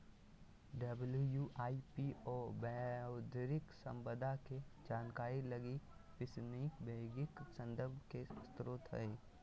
WIPO बौद्धिक संपदा के जानकारी लगी विश्वसनीय वैश्विक संदर्भ के स्रोत हइ